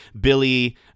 Billy